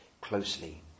closely